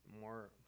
more